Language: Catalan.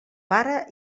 pare